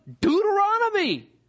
Deuteronomy